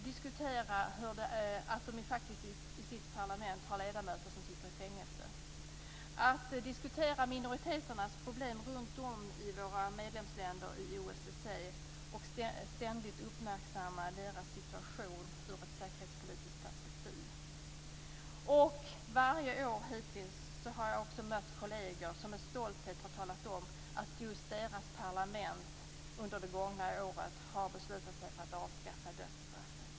Det finns de som i sitt parlament faktiskt har ledamöter som sitter i fängelse. Det har varit intressant att diskutera minoriteternas problem runt om i våra medlemsländer i OSSE och ständigt uppmärksamma deras situation ur ett säkerhetspolitiskt perspektiv. Varje år hittills har jag också mött kolleger som med stolthet har talat om att just deras parlament under det gångna året har beslutat sig för att avskaffa dödsstraffet.